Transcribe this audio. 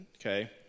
Okay